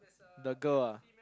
the girl ah